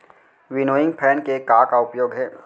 Winnowing fan के का का उपयोग हे?